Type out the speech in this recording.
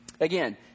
Again